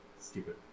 Stupid